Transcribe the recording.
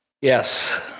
Yes